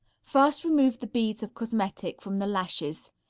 first remove the beads of cosmetic from the lashes.